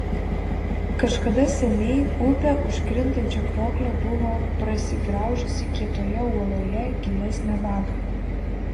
kažkada seniai upė už krintančio krioklio buvo prasigraužusi kietoje uoloje gilesnę vagą